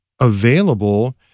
available